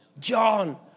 John